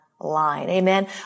Amen